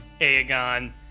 Aegon